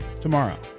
tomorrow